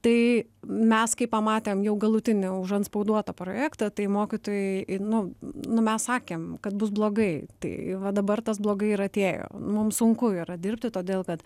tai mes kai pamatėm jau galutinį užantspauduotą projektą tai mokytojai nu nu mes sakėm kad bus blogai tai va dabar tas blogai ir atėjo mum sunku yra dirbti todėl kad